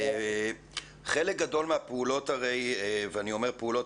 חלק גדול מהפעולות ואני אומר פעולות